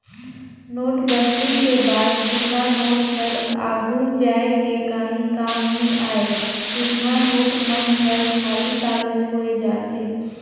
नोटबंदी के बाद जुन्ना नोट हर आघु जाए के काहीं काम नी आए जुनहा नोट मन हर खाली कागज होए जाथे